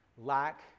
lack